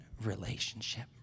relationship